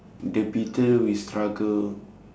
the battle will struggle